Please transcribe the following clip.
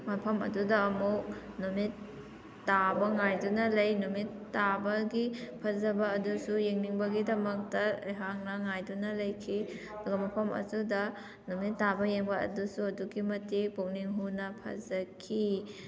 ꯃꯐꯝ ꯑꯗꯨꯗ ꯑꯃꯨꯛ ꯅꯨꯃꯤꯠ ꯇꯥꯕ ꯉꯥꯏꯗꯨꯅ ꯂꯩ ꯅꯨꯃꯤꯠ ꯇꯥꯕꯒꯤ ꯐꯖꯕ ꯑꯗꯨꯁꯨ ꯌꯦꯡꯅꯤꯡꯕꯒꯤ ꯗꯃꯛꯇ ꯑꯩꯍꯥꯛꯅ ꯉꯥꯏꯗꯨꯅ ꯂꯩꯈꯤ ꯑꯗꯨꯒ ꯃꯐꯝ ꯑꯗꯨꯗ ꯅꯨꯃꯤꯠ ꯇꯥꯕ ꯌꯦꯡꯕ ꯑꯗꯨꯁꯨ ꯑꯗꯨꯛꯀꯤ ꯃꯇꯤꯛ ꯄꯨꯛꯅꯤꯡ ꯍꯨꯅ ꯐꯖꯈꯤ